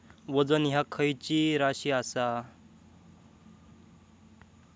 वजन ह्या खैची राशी असा?